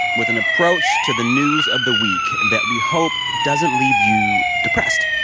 with an approach to the news of the week that we hope doesn't leave you depressed.